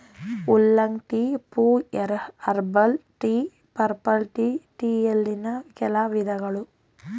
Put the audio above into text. oolong tea, pu erh, herbal tea, purple tea ಟೀಯಲ್ಲಿನ್ ಕೆಲ ವಿಧಗಳು